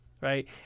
right